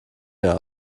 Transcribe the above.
mir